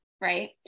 Right